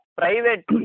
private